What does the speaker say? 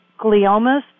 gliomas